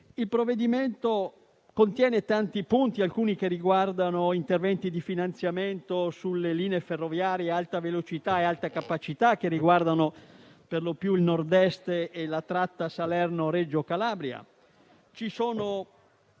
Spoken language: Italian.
Il provvedimento contiene tanti punti: alcuni riguardano interventi di finanziamento sulle linee ferroviarie ad alta velocità e alta capacità, che riguardano per lo più il Nord-Est e la tratta Salerno-Reggio Calabria; c'è